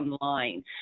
online